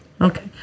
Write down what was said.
Okay